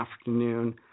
afternoon